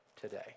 today